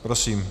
Prosím.